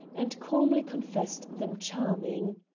and calmly confessed them charming.